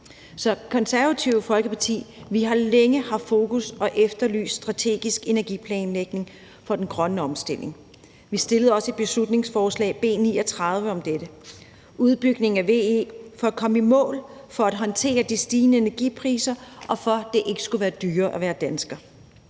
Det Konservative Folkeparti har vi længe haft fokus på og efterlyst strategisk energiplanlægning for den grønne omstilling. Vi fremsatte også et beslutningsforslag, nemlig B 39, om dette: udbygning af VE for at komme i mål, for at håndtere de stigende energipriser, og for at det ikke skulle være dyrere at være dansker.